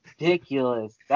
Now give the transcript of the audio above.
ridiculous